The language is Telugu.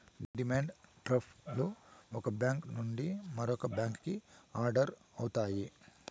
డిమాండ్ డ్రాఫ్ట్ లు ఒక బ్యాంక్ నుండి మరో బ్యాంకుకి ఆర్డర్ అవుతాయి